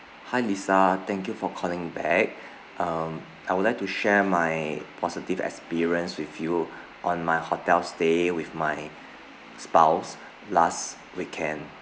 hi lisa thank you for calling back um I would like to share my positive experience with you on my hotel stay with my spouse last weekend